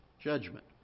judgment